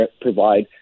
provide